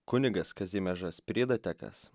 kunigas kazimiežas pridatekas